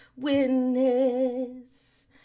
witness